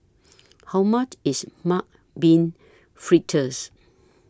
How much IS Mung Bean Fritters